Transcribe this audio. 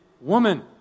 woman